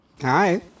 Hi